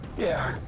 yeah,